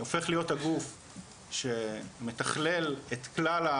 הופך להיות הגוף שמתכלל את כלל,